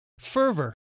Fervor